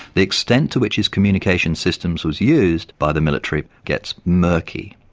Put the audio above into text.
the extent to which his communications system was used by the military gets murky.